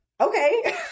okay